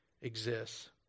exists